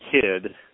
kid